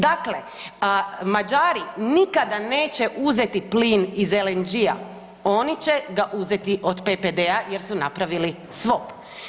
Dakle, Mađari nikada neće uzeti plin iz LNG-a oni će ga uzeti od PPD-a jer su napravili svop.